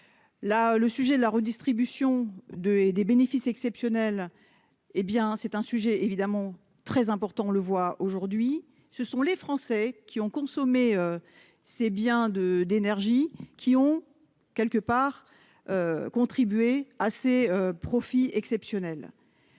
le sujet de la redistribution de et des bénéfices exceptionnels, hé bien, c'est un sujet évidemment très important, on le voit aujourd'hui ce sont les Français qui ont consommé, c'est bien de d'énergie qui ont quelque part contribué à ces profits exceptionnels,